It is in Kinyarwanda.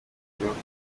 amagambo